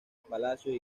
palacios